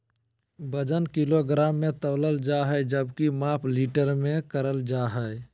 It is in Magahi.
वजन किलोग्राम मे तौलल जा हय जबकि माप लीटर मे करल जा हय